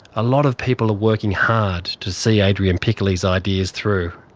a lot of people are working hard to see adrian piccoli's ideas through.